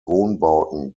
wohnbauten